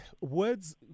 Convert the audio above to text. Words